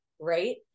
Right